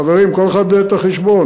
חברים, כל אחד יודע את החשבון.